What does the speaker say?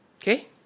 okay